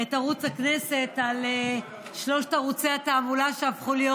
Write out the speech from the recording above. את ערוץ הכנסת על שלושת ערוצי התעמולה שהפכו להיות,